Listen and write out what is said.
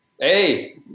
Hey